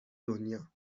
دنیا